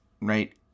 right